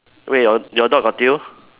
wait your your dog got tail